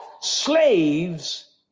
slaves